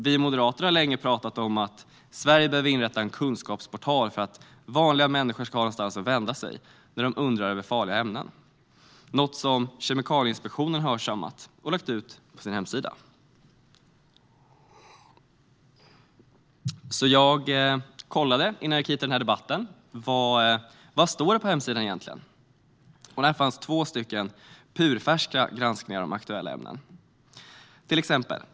Vi moderater har länge pratat om att Sverige behöver inrätta en kunskapsportal för att vanliga människor ska ha någonstans att vända sig när de undrar över farliga ämnen. Detta har Kemikalieinspektionen hörsammat och lagt ut på sin hemsida. Jag kollade innan jag gick till den här debatten vad det egentligen står på hemsidan. Där finns två purfärska granskningar om aktuella ämnen.